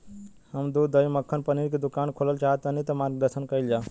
हम दूध दही मक्खन पनीर के दुकान खोलल चाहतानी ता मार्गदर्शन कइल जाव?